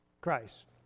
Christ